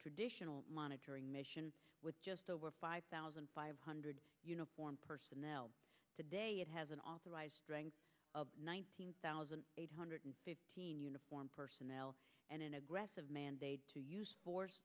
traditional monitoring mission with just over five thousand five hundred uniformed personnel today it has an authorized strength of nineteen thousand eight hundred fifteen uniformed personnel and an aggressive mandate to use force